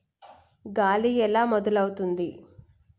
గాలి ఎలా మొదలవుతుంది?